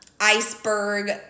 iceberg